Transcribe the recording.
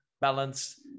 balance